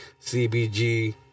CBG